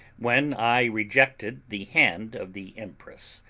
when i rejected the hand of the empress.